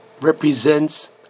represents